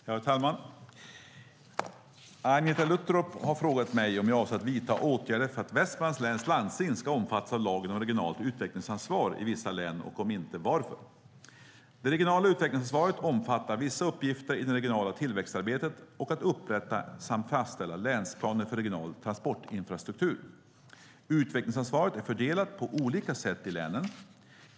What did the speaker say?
Herr talman! Agneta Luttropp har frågat mig om jag avser att vidta åtgärder för att Västmanlands läns landsting ska omfattas av lagen om regionalt utvecklingsansvar i vissa län och om inte varför. Det regionala utvecklingsansvaret omfattar vissa uppgifter i det regionala tillväxtarbetet samt att upprätta och fastställa länsplaner för regional transportinfrastruktur. Utvecklingsansvaret är fördelat på olika sätt i länen.